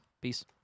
Peace